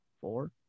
four